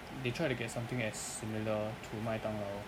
they tried to get something as similar to 麦当劳